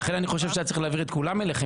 לכן אני חושב שהיה צריך להעביר את כולם אליכם,